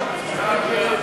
ההצעה להסיר מסדר-היום